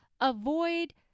avoid